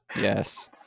Yes